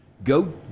Go